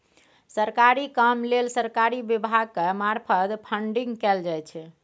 सरकारी काम लेल सरकारी विभाग के मार्फत फंडिंग कएल जाइ छै